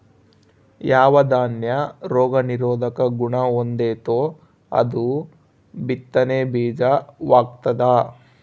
ಯಾವ ದಾನ್ಯ ರೋಗ ನಿರೋಧಕ ಗುಣಹೊಂದೆತೋ ಅದು ಬಿತ್ತನೆ ಬೀಜ ವಾಗ್ತದ